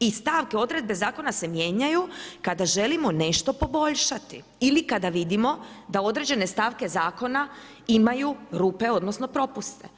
i stavke odredbi zakona se mijenjaju, kada želimo nešto poboljšati ili kada vidimo da određene stavke zakona imaju rupe, odnosno, propuste.